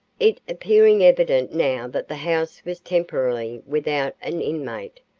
it appearing evident now that the house was temporarily without an inmate,